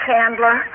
Candler